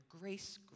grace